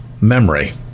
memory